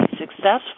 successful